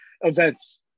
events